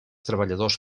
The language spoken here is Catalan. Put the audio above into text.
treballadors